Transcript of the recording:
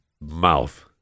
mouth